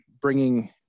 bringing